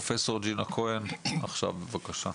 פרופסור ג'ינה כהן עכשיו, בבקשה.